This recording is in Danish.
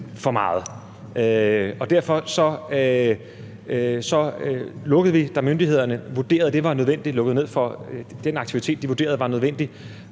for meget. Derfor lukkede vi, da myndighederne vurderede, at det var nødvendigt – lukkede ned for den aktivitet, de vurderede var nødvendig